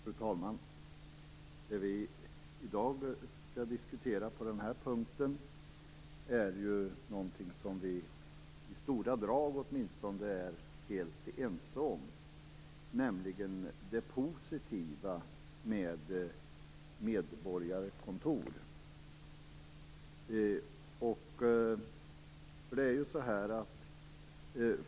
Fru talman! Det som vi i dag skall diskutera under den här punkten är någonting som vi åtminstone i stora drag är helt ense om - nämligen det positiva med medborgarkontor.